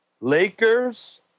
Lakers